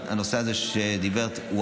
הנושא הזה שדיברת עליו,